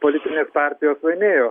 politinės partijos laimėjo